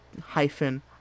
hyphen